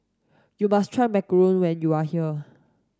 you must try macarons when you are here